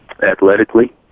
Athletically